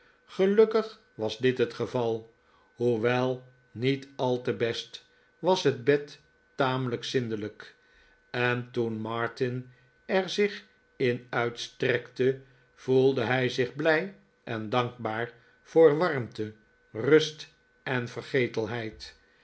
gelukkig was dit het geval hoewel niet al te best was het bed tamelijk zindelijk en toen martin er zich in uit strekte voelde hij zich blij en dankbaar voor warmte rust en